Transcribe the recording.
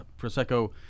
Prosecco